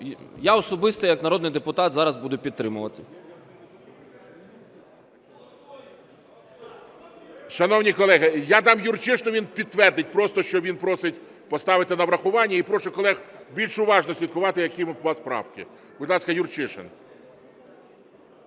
Я особисто як народний депутат зараз буду підтримувати.